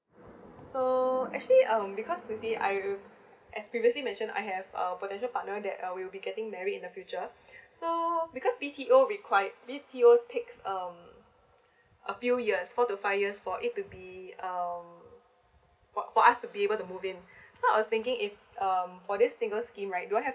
so actually um because is it I as previously mentioned I have uh potential partner that uh will be getting married in the future so because B_T_O requir~ B_T_O takes um a few years four to five years for it to be um for for us to be able to move in so I was thinking if um for this single scheme right do I have